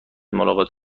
ملاقات